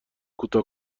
کوتاه